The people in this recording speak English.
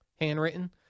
handwritten